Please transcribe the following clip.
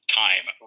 time